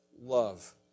love